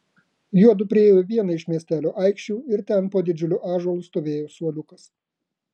juodu priėjo vieną iš miestelio aikščių ir ten po didžiuliu ąžuolu stovėjo suoliukas